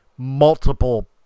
multiple